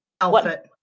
Outfit